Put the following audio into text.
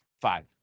Five